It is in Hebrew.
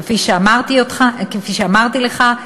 כפי שאמרתי לך.